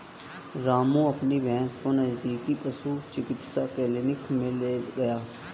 रामू अपनी भैंस को नजदीकी पशु चिकित्सा क्लिनिक मे ले गया